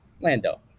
Lando